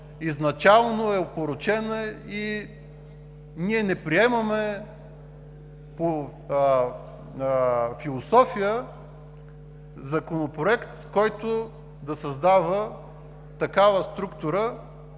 изначално е опорочена. Ние не приемаме по философия законопроект, който да създава такава структура